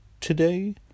today